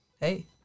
Hey